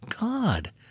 God